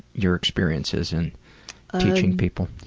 your experiences in teaching people.